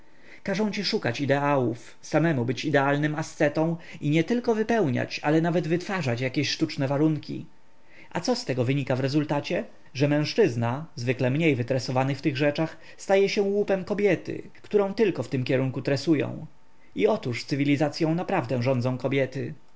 każą ci szukać ideałów samemu być idealnym ascetą i nietylko wypełniać ale nawet wytwarzać jakieś sztuczne warunki a co z tego wynika w rezultacie że mężczyzna zwykle mniej wytresowany w tych rzeczach staje się łupem kobiety którą tylko w tym kierunku tresują i otóż cywilizacyą naprawdę rządzą kobiety